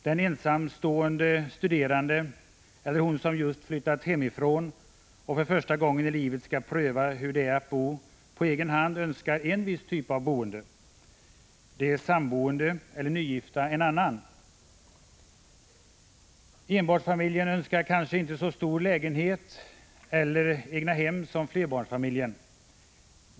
Den ensamstående studerande, eller hon som just flyttat hemifrån och för första gången i livet skall pröva hur det är att bo på egen hand önskar en viss typ av boende, de samboende eller nygifta en annan. Enbarnsfamiljen önskar kanske inte så stor lägenhet eller egnahem som flerbarnsfamiljen.